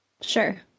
Sure